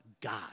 God